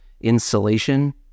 insulation